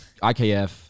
IKF